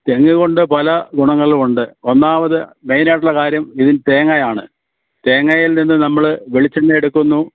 തെങ്ങ് കൊണ്ട് പല ഗുണങ്ങളും ഉണ്ട് ഒന്നാമത് മെയിൻ ആയിട്ടുള്ള കാര്യം ഇതിൽ തേങ്ങയാണ് തേങ്ങയിൽ നിന്ന് നമ്മൾ വെളിച്ചെണ്ണ എടുക്കുന്നു